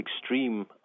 extreme